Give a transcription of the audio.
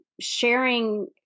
sharing